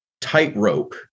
tightrope